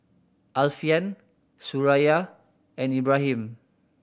Alfian Suraya and Ibrahim